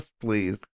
please